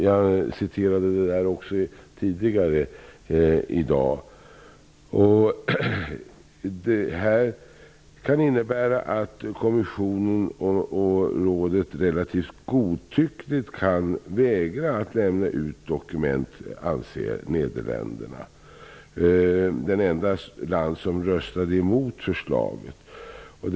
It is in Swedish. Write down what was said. Jag har också tidigare i dag hänvisat till detta. Nederländerna, som var den enda stat som röstade emot förslaget, anser att detta kan innebära att kommissionen och rådet relativt godtyckligt kan vägra att lämna ut dokument.